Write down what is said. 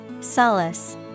Solace